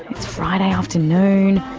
it's friday afternoon,